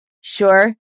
Sure